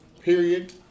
period